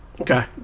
Okay